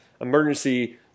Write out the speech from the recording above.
emergency